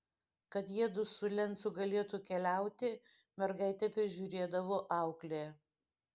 kad jiedu su lencu galėtų keliauti mergaitę prižiūrėdavo auklė